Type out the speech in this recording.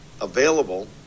available